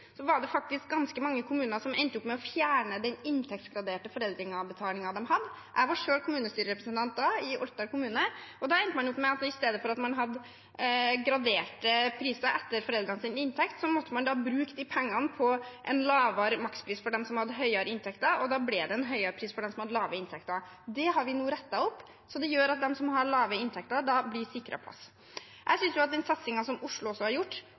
var det faktisk ganske mange kommuner som endte opp med å fjerne den inntektsgraderte foreldrebetalingen de hadde. Jeg var selv kommunestyrerepresentant i Orkdal kommune da, og i stedet for å ha graderte priser etter foreldrenes inntekt, endte man der opp med å måtte bruke de pengene på lavere makspris for dem som hadde høyere inntekter, og da ble det en høyere pris for dem som hadde lave inntekter. Det har vi nå rettet opp, og det gjør at de som har lave inntekter, blir sikret plass. Jeg synes at den satsingen Oslo har gjort – først da man satset på kvalitet, og også nå når man har